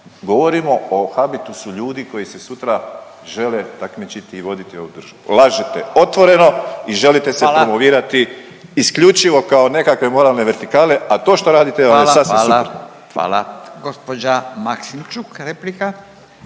govorimo o habitusu ljudi koji se sutra žele takmičiti i voditi ovu državu. Lažete otvoreno i želite se promovirati … .../Upadica: Hvala./... isključivo kao nekakve moralne vertikale, a to što radite vam je sasvim suprotno. **Radin, Furio (Nezavisni)** Hvala. Hvala. Hvala. Gđa Maksimčuk, replika.